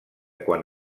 quan